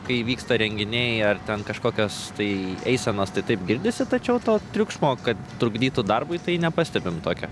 kai vyksta renginiai ar ten kažkokios tai eisenos tai taip girdisi tačiau to triukšmo kad trukdytų darbui tai nepastebim tokio